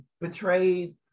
betrayed